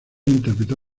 interpretó